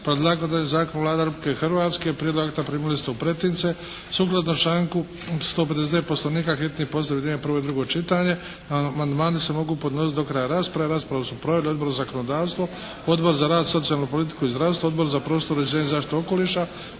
Predlagatelj zakona je Vlada Republike Hrvatske. Prijedlog akta primili ste u pretince. Sukladno članku 159. poslovnika hitni postupak objedinjuje prvo i drugo čitanje a amandmani se mogu podnositi do kraja rasprave. Raspravu su proveli Odbor za zakonodavstvo, Odbor za rad, socijalnu politiku i zdravstvo, Odbor za prostorno uređenje i zaštitu okoliša,